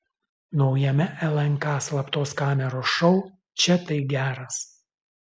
naujame lnk slaptos kameros šou čia tai geras